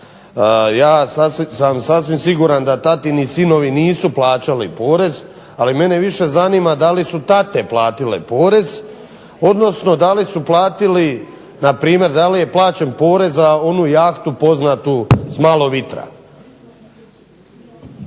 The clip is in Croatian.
ja sam sasvim siguran da tatini sinovi nisu plaćali porez, ali mene više zanima da li su tate platile porez odnosno da li je plaćen porez za onu jahtu poznatu s malo vitra?